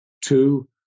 two